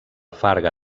farga